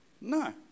No